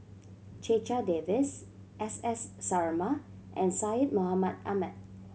Checha Davies S S Sarma and Syed Mohamed Ahmed